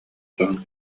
соһон